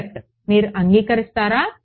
correct మీరు అంగీకరిస్తారా